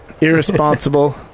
Irresponsible